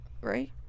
Right